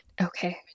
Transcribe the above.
Okay